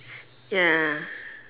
ya